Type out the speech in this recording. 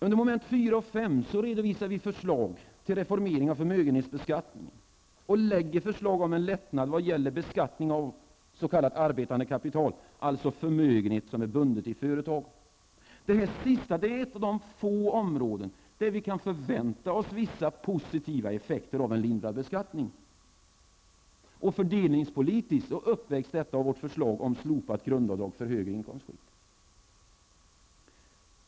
Under momenten 4 och 5 redovisar vi förslag till reformering till förmögenhetsbeskattningen och föreslår en lättnad vad gäller beskattningen av s.k. arbetande kapital, dvs. förmögenhet bunden i företag. Det sista är ett av de få områden där vi kan förvänta oss vissa positiva effekter av en lindrad beskattning. Fördelningspolitiskt uppvägs detta av vårt förslag om slopat grundavdrag för högre inkomstskikt.